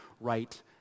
right